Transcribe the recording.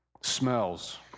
Smells